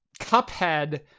Cuphead